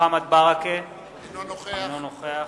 מוחמד ברכה אינו נוכח